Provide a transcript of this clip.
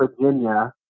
Virginia